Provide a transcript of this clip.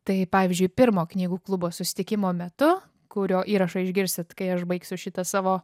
tai pavyzdžiui pirmo knygų klubo susitikimo metu kurio įrašą išgirsit kai aš baigsiu šitą savo